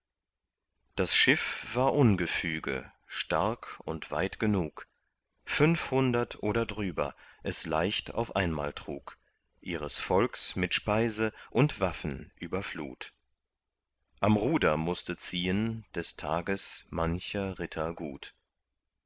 das schiff war ungefüge stark und weit genug fünfhundert oder drüber es leicht auf einmal trug ihres volks mit speise und waffen über flut am ruder mußte ziehen des tages mancher ritter gut